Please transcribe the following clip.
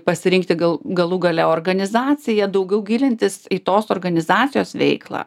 pasirinkti gal galų gale organizaciją daugiau gilintis į tos organizacijos veiklą